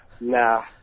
nah